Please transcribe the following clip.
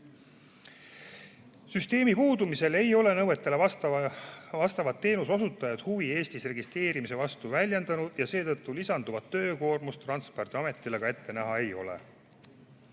Süsteemi puudumisel ei ole nõuetele vastavad teenuse osutajad huvi Eestis registreerimise vastu väljendanud ja seetõttu lisanduvat töökoormust Transpordiametile ette näha ei ole. Kuna